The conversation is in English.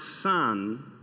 son